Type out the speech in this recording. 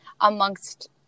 amongst